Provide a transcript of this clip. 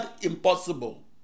impossible